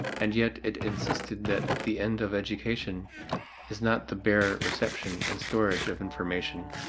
and yet it insisted that the end of education is not the bare reception and storage of information,